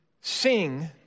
sing